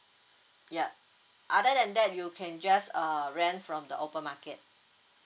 ya other than that you can just err rent from the open market